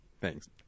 Thanks